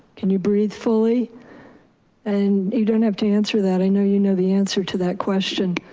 can you breathe fully and you don't have to answer that. i know, you know, the answer to that question.